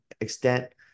extent